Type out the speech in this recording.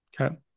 Okay